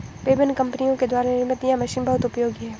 विभिन्न कम्पनियों के द्वारा निर्मित यह मशीन बहुत उपयोगी है